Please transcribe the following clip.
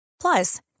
Plus